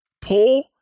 pull